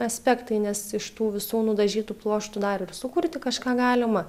aspektai nes iš tų visų nudažytų pluoštų dar ir sukurti kažką galima